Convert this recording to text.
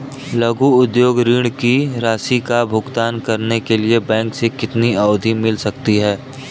लघु उद्योग ऋण की राशि का भुगतान करने के लिए बैंक से कितनी अवधि मिल सकती है?